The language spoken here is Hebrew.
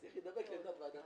כן, וגם יכול להיות שחצי-חצי,